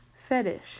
Fetish